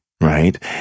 right